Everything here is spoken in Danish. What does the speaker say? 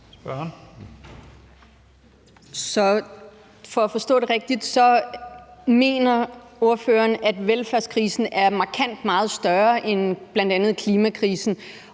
skal forstå det rigtigt, mener ordføreren, at velfærdskrisen er markant meget større end bl.a. klimakrisen.